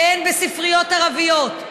כן בספריות ערביות,